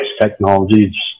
technology